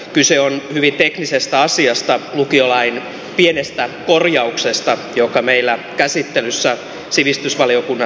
kyse on hyvin teknisestä asiasta lukiolain pienestä korjauksesta joka meillä käsittelyssä sivistysvaliokunnassa oli